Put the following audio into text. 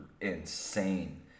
insane